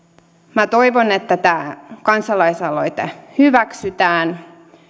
minä toivon että tämä kansalaisaloite hyväksytään